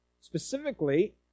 Specifically